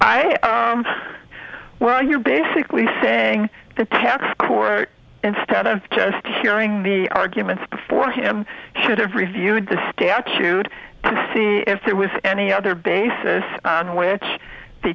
i well you're basically saying the tax for instead of just hearing the arguments for him should have reviewed the statute to see if there was any other basis on which the